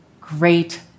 great